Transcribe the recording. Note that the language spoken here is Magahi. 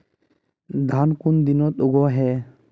धान कुन दिनोत उगैहे